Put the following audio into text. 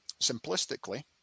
simplistically